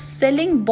selling